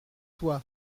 toi